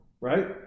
right